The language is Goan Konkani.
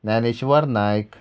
ज्ञानेश्वर नायक